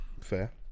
Fair